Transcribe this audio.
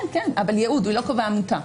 כן, אבל ייעוד לא קובע עמותה.